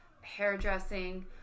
hairdressing